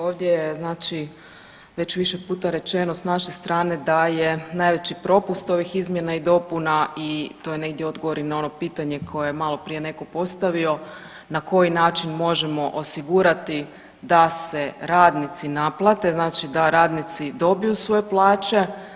Ovdje je znači već više puta rečeno s naše strane da je najveći propust ovih izmjena i dopuna i to je negdje odgovor i na ono pitanje koje je maloprije neko postavio na koji način možemo osigurati da se radnici naplate, znači da radnici dobiju svoje plaće.